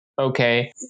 Okay